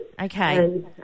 Okay